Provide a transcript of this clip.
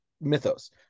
mythos